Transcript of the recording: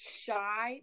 shy